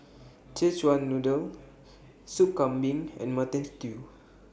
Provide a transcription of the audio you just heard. Szechuan Noodle Soup Kambing and Mutton Stew